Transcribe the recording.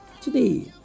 today